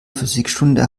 physikstunde